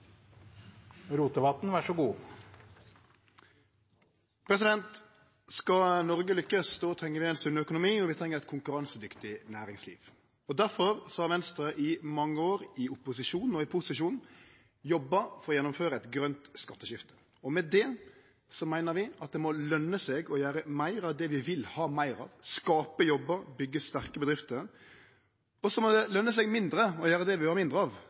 vi treng eit konkurransedyktig næringsliv. Difor har Venstre i mange år, i opposisjon og posisjon, jobba for å gjennomføre eit grønt skatteskifte. Med det meiner vi at det må løne seg å gjere meir av det vi vil ha meir av – skape jobbar, byggje sterke bedrifter – og det må løne seg mindre å gjere det vi vil ha mindre av,